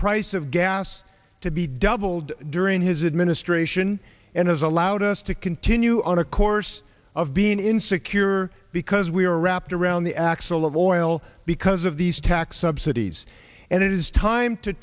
price of gas to be doubled during his administration and has allowed us to continue on a course of being insecure because we are wrapped around the axle of oil because of these tax subsidies and it is time to